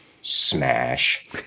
Smash